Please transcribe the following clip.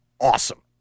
awesome